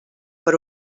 per